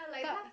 but